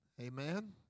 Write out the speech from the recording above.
Amen